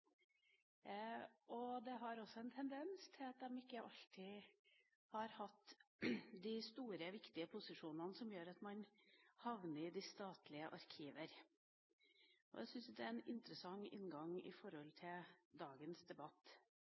Det er også en tendens at de ikke alltid har hatt de store viktige posisjonene som gjør at man havner i de statlige arkiver. Jeg syns det er en interessant inngang til dagens debatt.